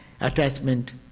attachment